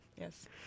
Yes